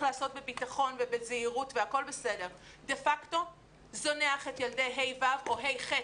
להיעשות בביטחון ובזהירות דה פקטו זונח את ילדי ה'-ו' או ה'-ח',